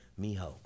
Miho